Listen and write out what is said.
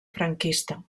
franquista